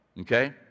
Okay